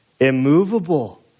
immovable